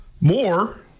More